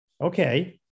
okay